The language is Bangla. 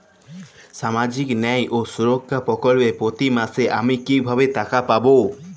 সামাজিক ন্যায় ও সুরক্ষা প্রকল্পে প্রতি মাসে আমি কিভাবে টাকা পাবো?